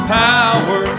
power